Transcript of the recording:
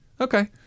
Okay